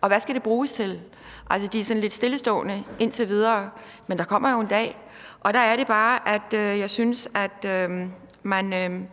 Og hvad skal de bruges til? Altså, de er sådan lidt stillestående indtil videre, men der kommer jo en dag, og der er det bare, at jeg synes, at man